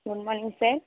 goodmorning sir